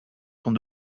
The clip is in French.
sont